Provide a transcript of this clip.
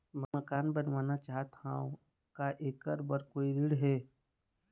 मकान बनवाना चाहत हाव, का ऐकर बर कोई ऋण हे?